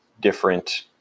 different